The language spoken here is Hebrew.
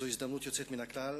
זו הזדמנות יוצאת מן הכלל.